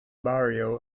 barrio